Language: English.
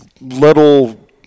Little